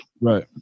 right